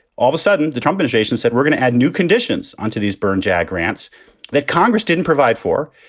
all of a sudden, the trump initiation said we're going to add new conditions onto these burn jag grants that congress didn't provide for.